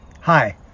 Hi